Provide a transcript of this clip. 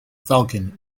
falcon